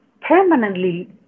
permanently